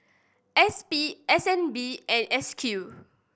S P S N B and S Q